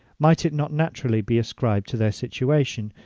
might it not naturally be ascribed to their situation?